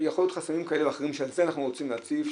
חסמים כאלה ואחרים שאת זה אנחנו רוצים להציף,